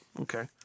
okay